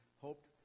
hoped